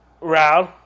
round